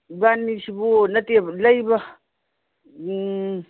ꯏꯕꯥꯅꯤꯁꯤꯕꯨ ꯅꯠꯇꯦ ꯂꯩꯕ ꯎꯝ